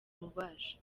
bubasha